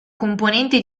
componente